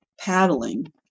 paddling